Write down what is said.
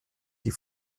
die